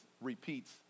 repeats